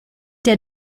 der